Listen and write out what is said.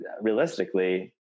realistically